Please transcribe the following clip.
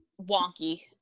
wonky